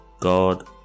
God